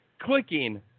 clicking